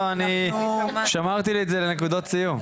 לא אני שמרתי לי את זה לנקודת סיום.